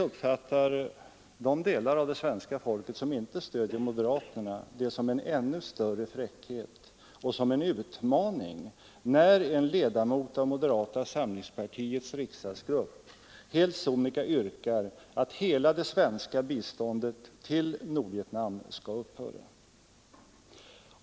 Men de delar av svenska folket som inte stöder moderaterna uppfattar det naturligtvis som en ännu större fräckhet och som en utmaning, när en ledamot av moderata samlingspartiets riksdagsgrupp helt sonika yrkar att hela det svenska biståndet till Nordvietnam skall upphöra.